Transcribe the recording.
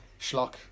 schlock